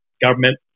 government